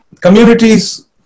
communities